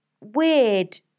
weird